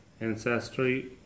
ancestry